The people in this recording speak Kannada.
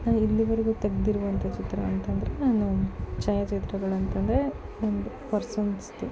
ನಾನು ಇಲ್ಲಿವರೆಗು ತೆಗೆದಿರುವಂತ ಚಿತ್ರ ಅಂತಂದರೆ ನಾನು ಛಾಯಾಚಿತ್ರಗಳು ಅಂತ ಅಂದರೆ ಒಂದು ಪರ್ಸನ್ಸ್ದು